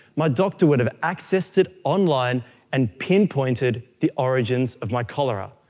my doctor would have accessed it online and pinpointed the origins of my cholera,